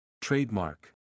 Trademark